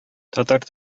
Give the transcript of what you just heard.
татар